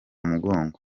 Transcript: mugongo